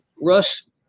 Russ